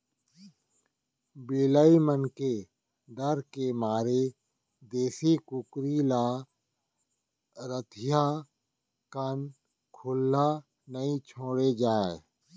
बिलाई मन के डर के मारे देसी कुकरी ल रतिहा कन खुल्ला नइ छोड़े जाए